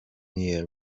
year